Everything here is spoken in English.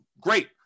great